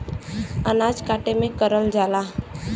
अनाज काटे में करल जाला